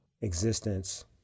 existence